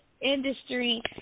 Industry